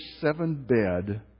seven-bed